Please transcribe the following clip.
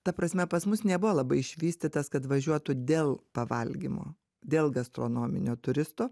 ta prasme pas mus nebuvo labai išvystytas kad važiuotų dėl pavalgymo dėl gastronominių turistų